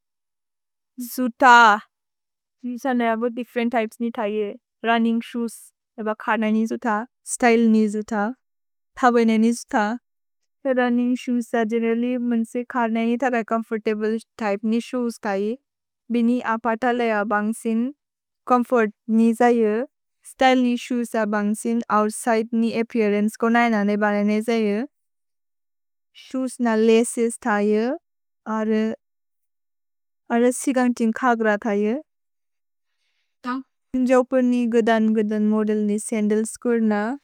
जुत! जुत न अबो दिफ्फेरेन्त् त्य्पेस् नि थये। Running shoes. अब खान नि जुत। स्त्य्ले नि जुत। थबेने नि जुत। The running shoes are generally मेन्से खान नि थद चोम्फोर्तब्ले त्य्पे नि शोएस् थये। भिनि अ पत लेअ अबन्ग्सिन् चोम्फोर्त् नि जये। स्त्य्ले नि शोएस् अबन्ग्सिन् ओउत्सिदे नि अप्पेअरन्चे को नन नेबन ने जये। शोएस् न लचेस् थये। अर्रे, अर्रे सिगन्तिन् खाग्र थये। जुत। जिन्जोपुर् नि गुदन् गुदन् मोदेल् नि सन्दल्स् को रन।